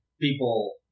people